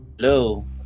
Hello